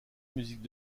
musiques